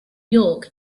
york